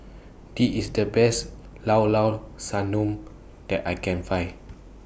This IS The Best Llao Llao Sanum that I Can Find